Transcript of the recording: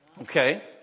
Okay